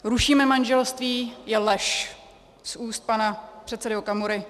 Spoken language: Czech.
Rušíme manželství je lež z úst pana předsedy Okamury.